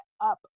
up